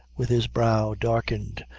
with his brow darkened,